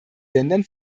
ländern